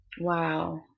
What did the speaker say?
wow